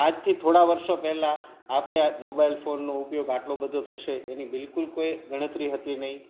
આજથી થોડા વાર્ષો પહેલાં આપણે મોબાઈલ ફોનનો ઉપયોગ આટલો બધો થશે એની બિલકુલ કોઈ ગણતરી હતી નહીં